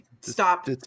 Stop